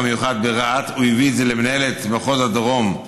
המיוחד ברהט הביא את זה למנהלת מחוז הדרום,